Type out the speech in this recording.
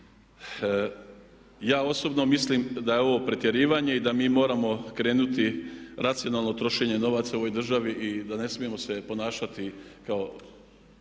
Ja osobno mislim da je ovo pretjerivanje i da mi moramo krenuti u racionalno trošenje novaca u ovoj državi i da ne smijemo se ponašati kao